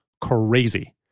crazy